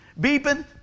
Beeping